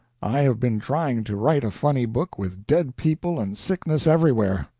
i have been trying to write a funny book with dead people and sickness everywhere.